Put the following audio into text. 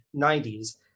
90s